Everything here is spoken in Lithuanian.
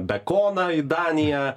bekoną į daniją